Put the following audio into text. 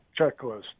checklist